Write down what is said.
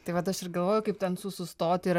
tai vat aš ir galvoju kaip ten su sustoti ir